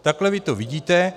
Takhle vy to vidíte.